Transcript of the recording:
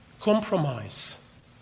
compromise